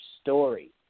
story